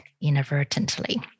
inadvertently